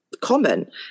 common